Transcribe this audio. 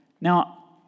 Now